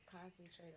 concentrate